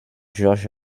georges